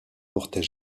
portait